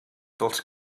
dels